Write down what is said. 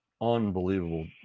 Unbelievable